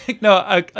No